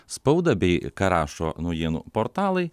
spaudą bei ką rašo naujienų portalai